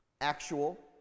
actual